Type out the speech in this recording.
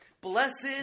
blessed